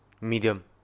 Medium